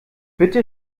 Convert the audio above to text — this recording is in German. bitte